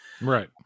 right